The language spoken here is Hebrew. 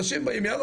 אנשים באים - יאללה,